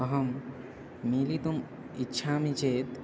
अहं मिलितुम् इच्छामि चेत्